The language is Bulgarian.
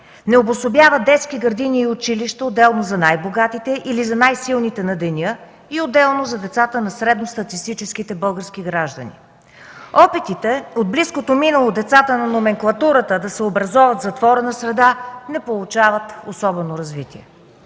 не обособява детски градини и училища отделно за най-богатите или за най-силните на деня и отделно за децата на средностатистическите български граждани. Опитите от близкото минало децата на номенклатурата да се образоват в затворена среда не получават особено развитие.